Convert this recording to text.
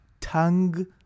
tongue